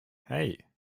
hei